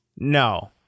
No